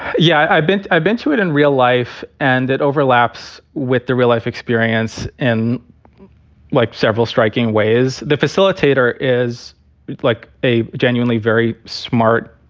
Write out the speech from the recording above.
yeah, i've been. i've been to it in real life and it overlaps with the real life experience and like several striking ways, the facilitator is like a genuinely very smart,